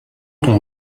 ton